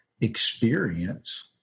experience